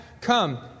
Come